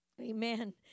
Amen